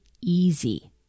easy